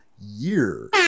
year